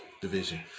division